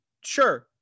sure